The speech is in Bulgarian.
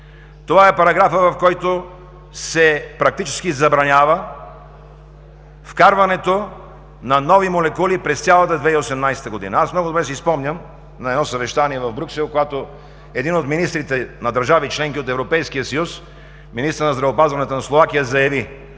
Това е параграфът, в който практически се забранява вкарването на нови молекули през цялата 2018 г. Много добре си спомням на едно съвещание в Брюксел, когато един от министрите на държава – членка на Европейския съюз, министърът на здравеопазването на Словакия заяви: